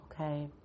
Okay